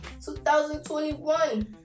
2021